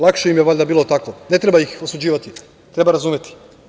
Lakše im je valjda bilo tako, ne treba ih osuđivati, treba razumeti.